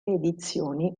edizioni